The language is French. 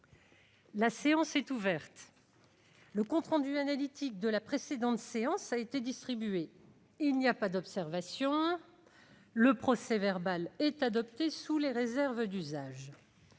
La séance est ouverte. Le compte rendu analytique de la précédente séance a été distribué. Il n'y a pas d'observation ?... Le procès-verbal est adopté sous les réserves d'usage.